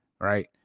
right